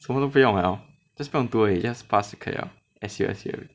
什么都不用了 just 不用读而已 just pass 就可以了 S_U S_U